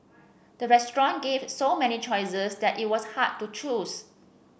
the restaurant gave so many choices that it was hard to choose